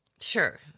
Sure